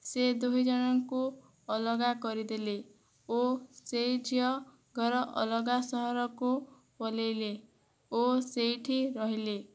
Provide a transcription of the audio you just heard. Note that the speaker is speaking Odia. ସେ ଦୁଇଜଣଙ୍କୁ ଅଲଗା କରିଦେଲେ ଓ ସେଇ ଝିଅ ଘର ଅଲଗା ସହରକୁ ପଳେଇଲେ ଓ ସେଇଠି ରହିଲେ